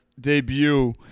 debut